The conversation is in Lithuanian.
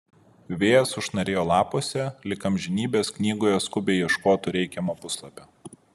vėjas sušnarėjo lapuose lyg amžinybės knygoje skubiai ieškotų reikiamo puslapio